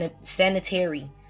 sanitary